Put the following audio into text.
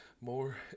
more